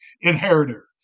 inheritor